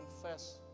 confess